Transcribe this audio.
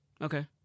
Okay